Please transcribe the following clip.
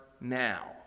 now